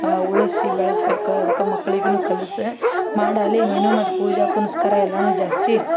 ಉಳಿಸಿ ಬೆಳ್ಸ್ಬೇಕು ಅದಕ್ಕೆ ಮಕ್ಳಿಗೂ ಕಲಿಸಿ ಮಾಡಲೇ ನೀನು ಮತ್ತು ಪೂಜೆ ಪುನಸ್ಕಾರ ಎಲ್ಲನೂ ಜಾಸ್ತಿ